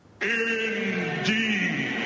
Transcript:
Indeed